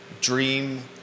dream